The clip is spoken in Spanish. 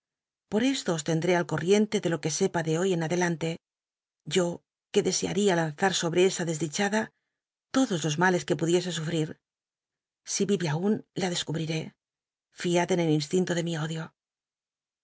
por esto os tend ré al corriente de lo que sepn de hoy en adelante yo c uc deseada lanzm sobre esa desdichada todos los ma les iré fiad que pudiese sufl'ir si e aun la descubriré fiad en el insti nto de mi odio